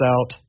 out